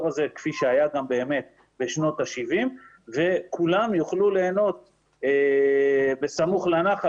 הזה כפי שהיה גם בשנות ה-70 וכולם יוכלו ליהנות בסמוך לנחל,